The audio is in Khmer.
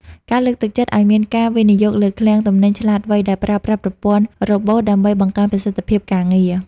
ការលើកទឹកចិត្តឱ្យមានការវិនិយោគលើ "ឃ្លាំងទំនិញឆ្លាតវៃ" ដែលប្រើប្រាស់ប្រព័ន្ធរ៉ូបូត ដើម្បីបង្កើនប្រសិទ្ធភាពការងារ។